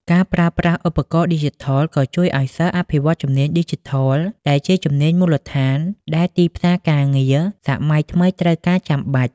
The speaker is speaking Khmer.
ការប្រើប្រាស់ឧបករណ៍ឌីជីថលក៏ជួយឱ្យសិស្ស អភិវឌ្ឍជំនាញឌីជីថល ដែលជាជំនាញមូលដ្ឋានដែលទីផ្សារការងារសម័យថ្មីត្រូវការចាំបាច់។